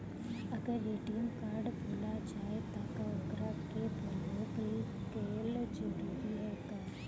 अगर ATM card भूला जाए त का ओकरा के बलौक कैल जरूरी है का?